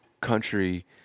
country